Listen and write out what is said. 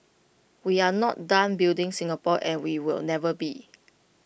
we are not done building Singapore and we will never be